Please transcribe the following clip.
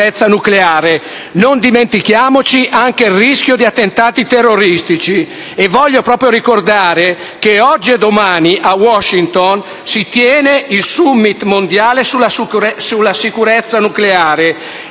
Non dimentichiamoci anche il rischio di attentati terroristici! Voglio ricordare che proprio oggi e domani a Washington si tiene il *summit* mondiale sulla sicurezza nucleare.